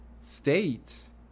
states